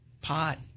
pot